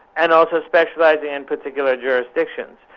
and also specialising in particular jurisdictions.